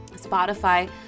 Spotify